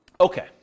Okay